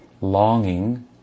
Longing